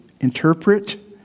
interpret